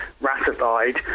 ratified